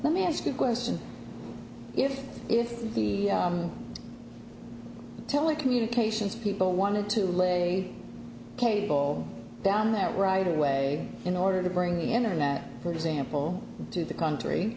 let me ask a question if if the telecommunications people wanted to lay a cable down there right away in order to bring the internet for example to the country